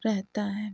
رہتا ہے